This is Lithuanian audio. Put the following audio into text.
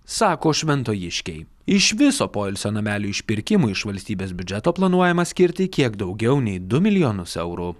sako šventojiškiai iš viso poilsio namelių išpirkimui iš valstybės biudžeto planuojama skirti kiek daugiau nei du milijonus eurų